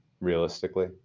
realistically